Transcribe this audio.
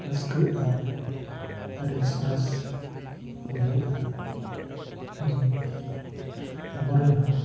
ᱨᱟᱹᱥᱠᱟᱹ ᱟᱨ ᱟᱹᱰᱤ ᱥᱚᱨᱮᱥ ᱵᱩᱡᱷᱟᱹᱜᱼᱟ ᱡᱮ ᱟᱵᱚᱨᱮᱱ ᱦᱚᱸ